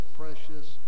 precious